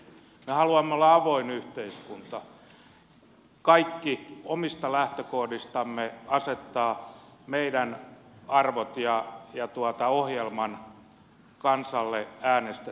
me haluamme olla avoin yhteiskunta omista lähtökohdistamme asettaa meidän arvomme ja ohjelmamme kansalle äänestettäväksi